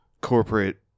corporate